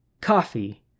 coffee